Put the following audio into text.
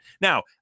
Now